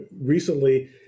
recently